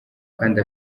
kandi